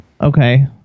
Okay